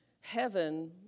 heaven